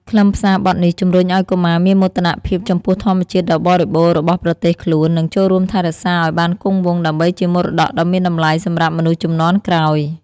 ខ្លឹមសារបទនេះជំរុញឲ្យកុមារមានមោទនភាពចំពោះធម្មជាតិដ៏បរិបូរណ៍របស់ប្រទេសខ្លួន និង ចូលរួមថែរក្សាឲ្យបានគង់វង្ស ដើម្បីជាមរតកដ៏មានតម្លៃសម្រាប់មនុស្សជំនាន់ក្រោយ។